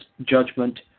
judgment